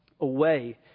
away